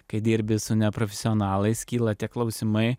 kai dirbi su neprofesionalais kyla tie klausimai